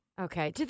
Okay